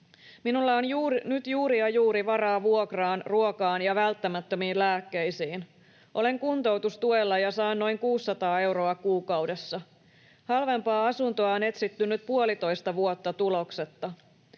”Minulla on nyt juuri ja juuri varaa vuokraan, ruokaan ja välttämättömiin lääkkeisiin. Olen kuntoutustuella ja saan noin 600 euroa kuukaudessa. Halvempaa asuntoa on etsitty nyt puolitoista vuotta tuloksetta.